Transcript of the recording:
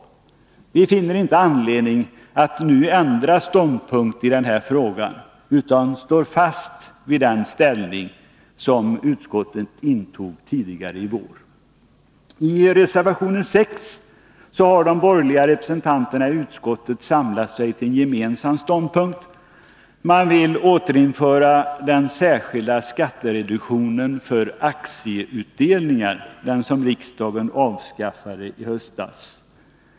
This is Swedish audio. Vi finner inte anledning att nu ändra ståndpunkt i denna fråga utan står fast vid den ställning som utskottet intog tidigare i år. I reservation 6 har de borgerliga representanterna i utskottet samlat sig till en gemensam ståndpunkt: man vill återinföra den särskilda skattereduktionen för aktieutdelningar, som riksdagen avskaffade i höstas.